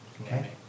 Okay